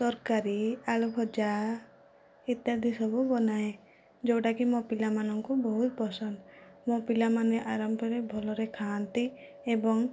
ତରକାରୀ ଆଳୁଭଜା ଇତ୍ୟାଦି ସବୁ ବନାଏ ଯେଉଁଟା କି ମୋ ପିଲାମାନଙ୍କୁ ବହୁତ ପସନ୍ଦ ମୋ ପିଲାମାନେ ଆରାମରେ ବହୁତ ଭଲରେ ଖାଆନ୍ତି ଏବଂ